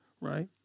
right